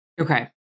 Okay